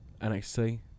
NXT